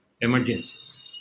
emergencies